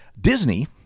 Disney